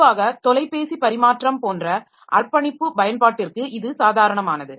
பொதுவாக தொலைபேசி பரிமாற்றம் போன்ற அர்ப்பணிப்பு பயன்பாட்டிற்கு இது சாதாரணமானது